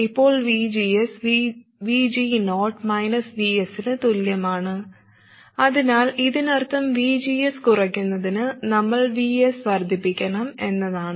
ഇപ്പോൾ VGS VGo Vs ന് തുല്യമാണ് അതിനാൽ ഇതിനർത്ഥം VGS കുറയ്ക്കുന്നതിന് നമ്മൾ Vs വർദ്ധിപ്പിക്കണം എന്നാണ്